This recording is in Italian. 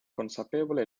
consapevole